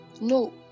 no